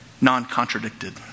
non-contradicted